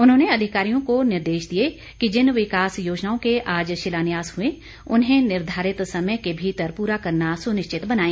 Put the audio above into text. उन्होंने अधिकारियों को निर्देश दिए कि जिन विकास योजनाओं आज शिलान्यास हुए उन्हें निर्धारित समय के भीतर पूरा करना सुनिश्चित बनाए